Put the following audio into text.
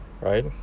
right